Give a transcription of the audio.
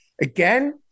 again